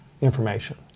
information